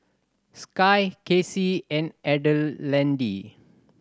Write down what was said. Skye Kasie and Adelaide